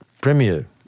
premier